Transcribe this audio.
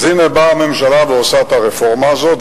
אז הנה באה הממשלה ועושה את הרפורמה הזאת,